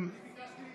אני ביקשתי להתנגד.